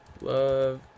love